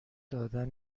دادن